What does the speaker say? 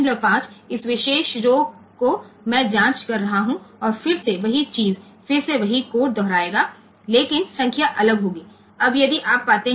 તેથી આ ચોક્કસ રૉ હું તપાસી રહ્યો છું અને પછી ફરીથી તે જ વસ્તુ થાય છે અને અહીં સમાન કોડ પુનરાવર્તન કરશે પરંતુ સંખ્યાઓ અલગ હશે